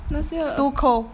那些 err